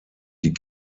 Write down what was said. die